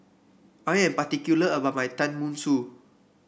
I am particular about my Tenmusu